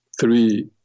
three